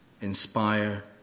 inspire